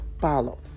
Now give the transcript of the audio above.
follow